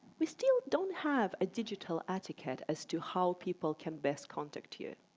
we still don't have a digital etiquette as to how people can best contact you,